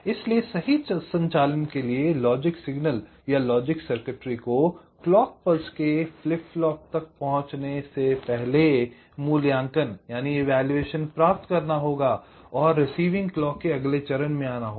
इसलिए सही संचालन के लिए लॉजिक सिग्नल या लॉजिक सर्किटरी को क्लॉक पल्स के फ्लिप फ्लॉप तक पहुंचने से पहले मूल्यांकन प्राप्त करना होगा और रिसीविंग क्लॉक के अगले चरण में आना होगा